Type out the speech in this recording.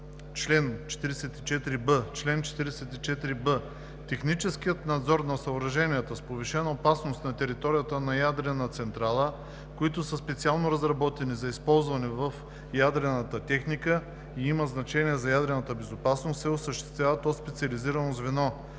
„Чл. 44б. Техническият надзор на съоръженията с повишена опасност на територията на ядрена централа, които са специално разработени за използване в ядрената техника и имат значение за ядрената безопасност, се осъществява от специализирано звено,